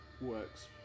works